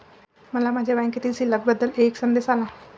मला माझ्या बँकेतील शिल्लक बद्दल एक संदेश आला